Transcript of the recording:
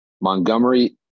Montgomery